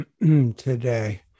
today